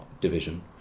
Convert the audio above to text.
division